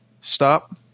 stop